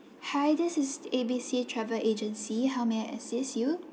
hi this is A B C travel agency how may I assist you